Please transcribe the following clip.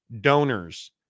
donors